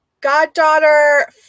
goddaughter